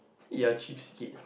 you're cheapskate